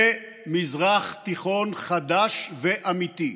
זה מזרח תיכון חדש ואמיתי.